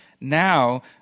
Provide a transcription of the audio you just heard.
now